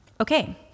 Okay